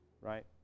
right